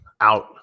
out